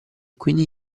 quindi